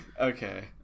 Okay